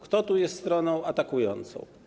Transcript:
Kto tu jest stroną atakującą?